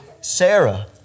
Sarah